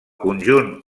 conjunt